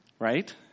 Right